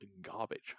garbage